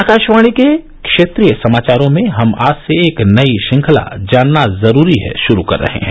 आकाशवाणी के क्षेत्रीय समाचारों में हम आज से एक नई श्रृंखला जानना जरूरी है औ्यरू कर रहे हैं